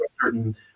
certain